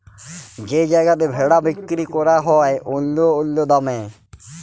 যেই জায়গাতে ভেড়া বিক্কিরি ক্যরা হ্যয় অল্য অল্য দামে